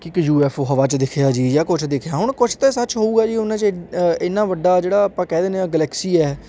ਕਿ ਇੱਕ U F O ਹਵਾ 'ਚ ਦਿਖਿਆ ਜੀ ਜਾਂ ਕੁਛ ਦਿਖਿਆ ਹੁਣ ਕੁਛ ਤਾਂ ਸੱਚ ਹੋਵੇਗਾ ਜੀ ਉਨ੍ਹਾਂ 'ਚ ਇੰਨਾਂ ਵੱਡਾ ਜਿਹੜਾ ਆਪਾਂ ਕਹਿ ਦਿੰਦੇ ਹਾਂ ਗਲੈਕਸੀ ਹੈ